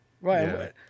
right